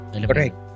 Correct